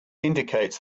indicates